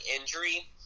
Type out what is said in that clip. injury